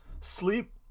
Sleep